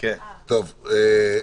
הצבאי.